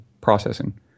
processing